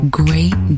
great